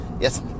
Yes